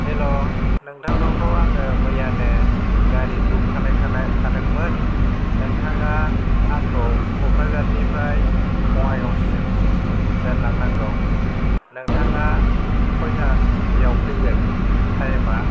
हेल' नोंथांनावथ' आङो मैयानो गारि बुक खालाइ खानाय खादोंमोन नोंथाङा आंखौ कक्राझारनिफ्राइ बंगाइगावसिम दोनलां नांगौ नोंथाङा खयथाआव फैगोन थाएमा